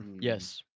Yes